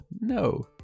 No